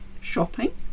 Shopping